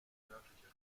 nördlicher